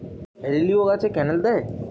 হেলিলিও গাছে ক্যানেল দেয়?